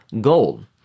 gold